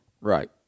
Right